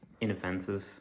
inoffensive